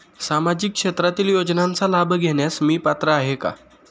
सामाजिक क्षेत्रातील योजनांचा लाभ घेण्यास मी पात्र आहे का?